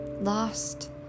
lost